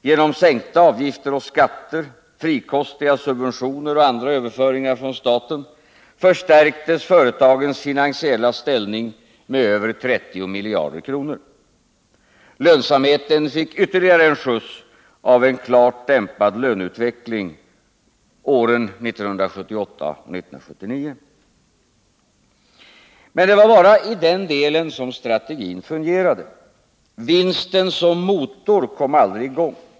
Genom sänkta avgifter och skatter, frikostiga subventioner och andra överföringar från staten förstärktes företagens finansiella ställning med över 30 miljarder kronor. Lönsamheten fick ytterligare en skjuts av en klart dämpad löneutveckling åren 1978 och 1979. Men det var bara i den delen som strategin fungerade. Vinsten som motor kom aldrig i gång.